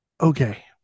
Okay